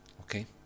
Okay